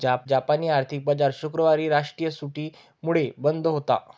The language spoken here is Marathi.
जापानी आर्थिक बाजार शुक्रवारी राष्ट्रीय सुट्टीमुळे बंद होता